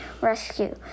rescue